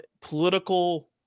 political